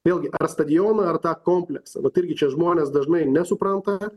vėlgi ar stadioną ar tą kompleksą vat irgi čia žmonės dažnai nesupranta